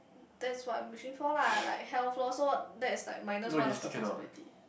that's what I'm wishing for lah like hell fall so that is like minus one of the possibility